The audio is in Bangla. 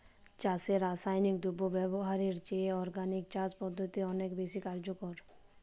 চাষে রাসায়নিক দ্রব্য ব্যবহারের চেয়ে অর্গানিক চাষ পদ্ধতি অনেক বেশি কার্যকর